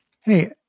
Hey